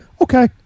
okay